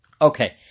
Okay